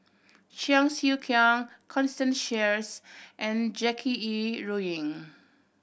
Cheong Siew Keong Constance Sheares and Jackie Yi Ru Ying